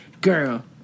girl